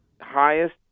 highest